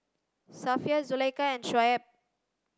Safiya Zulaikha and Shoaib